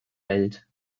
welt